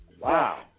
Wow